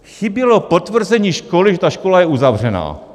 Chybělo potvrzení školy, že ta škola je uzavřená.